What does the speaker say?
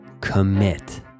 commit